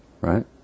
right